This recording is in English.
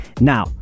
Now